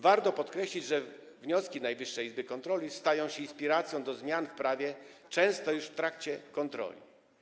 Warto podkreślić, że wnioski Najwyższej Izby Kontroli stają się inspiracją do zmian w prawie często już w trakcie kontroli.